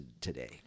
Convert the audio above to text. today